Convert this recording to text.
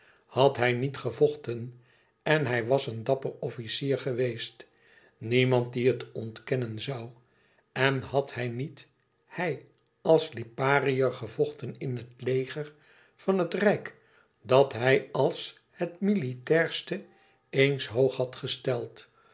had hij niet gevochten en hij was een dapper officier geweest niemand die het ontkennen zoû en had hij niet hij als lipariër gevochten in het leger van het rijk dat hij als het militairste eens hoog had gesteld